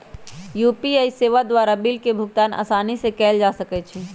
UPI सेवा द्वारा bill के भुगतान असानी से कएल जा सकइ छै